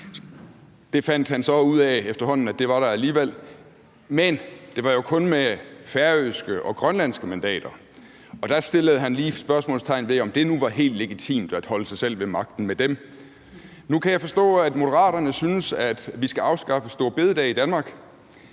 Det fandt han så efterhånden ud af at der alligevel var. Men det var jo kun med færøske og grønlandske mandater, og der satte han lige spørgsmålstegn ved, om det nu var helt legitimt at holde sig selv ved magten med dem. Nu kan jeg forstå, at Moderaterne synes, at vi skal afskaffe store bededag i Danmark,